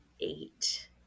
eight